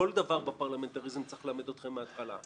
שכל דבר בפרלמנט הרי צריך ללמד אתכם מהתחלה.